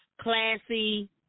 classy